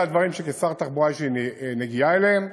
אלה הדברים שכשר תחבורה יש לי נגיעה אליהם.